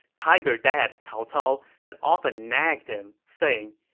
tiger dad cao cao had often nagged him, saying,